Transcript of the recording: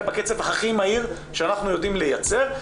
בקצב הכי מהיר שאנחנו יודעים לייצר,